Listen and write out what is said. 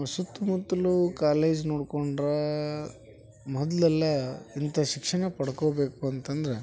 ಸುತ್ತಮುತ್ತಲು ಕಾಲೇಜ್ ನೋಡ್ಕೊಂಡ್ರೆ ಮೊದಲೆಲ್ಲ ಇಂಥ ಶಿಕ್ಷಣ ಪಡ್ಕೊಬೇಕು ಅಂತಂದ್ರೆ